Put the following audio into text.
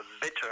bitter